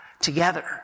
together